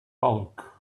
bulk